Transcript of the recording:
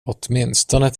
åtminstone